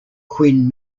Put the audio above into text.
queen